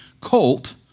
colt